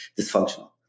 dysfunctional